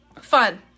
Fun